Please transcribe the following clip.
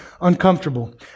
uncomfortable